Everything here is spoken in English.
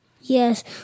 Yes